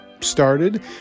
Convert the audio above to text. started